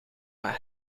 waar